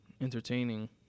entertaining